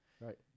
Right